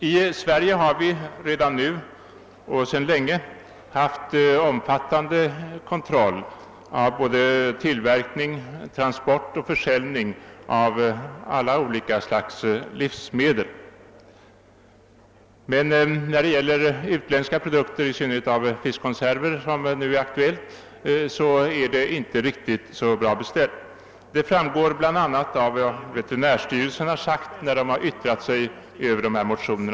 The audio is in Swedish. I Sverige har vi sedan länge en eomfattande kontroll av både tillverkning, transport och försäljning av alla slags livsmedel. Men när det gäller utländska produkter — framför allt fiskkonserver som .det nu gäller — är det inte riktigt bra beställt. Det framgår bl.a. av veterinärstyrelsens yttrande över dessa motioner.